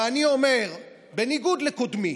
ואני אומר, בניגוד לקודמי,